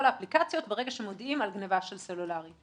האפליקציות ברגע שמודיעים על גניבה של סלולרי.